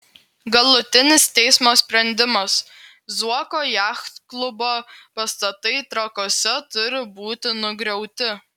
galutinis teismo sprendimas zuoko jachtklubo pastatai trakuose turi būti nugriauti